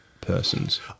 persons